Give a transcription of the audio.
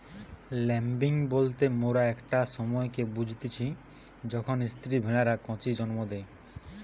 lambing বলতে মোরা একটা সময়কে বুঝতিচী যখন স্ত্রী ভেড়ারা কচি জন্ম দেয়